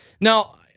Now